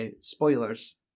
spoilers